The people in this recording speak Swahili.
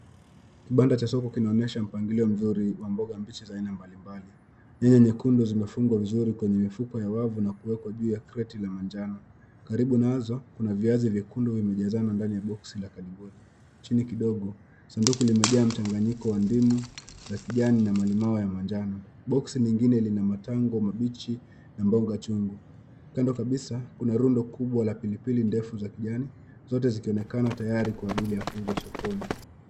Kibanda cha soko kina onyesha mpangilio mzuri wa mboga mbichi za aina mbalimbali. Nyanya nyekundu zime fungwa vizuri kwenye wa wavu ulio na kuwekwa juu ya kreti ya manjano. Karibu nazo kuna viazi vyekundu vime jazana ndani ya boksi la kadibodi, chini kidogo sanduku limejaa mchanganyiko wa ndimu za kijani na malimau ya manjano, boksi lingine lina matango mabichi na mboga chungu, kando kabisa kuna rundo kubwa la pilipili ndefu za kijani zote ziki onekana tayari kuajili ya kuuzwa sokoni.